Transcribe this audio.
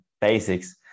basics